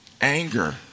anger